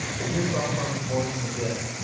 the new software i'm proposing to get,